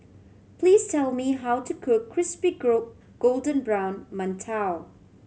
please tell me how to cook crispy golden brown mantou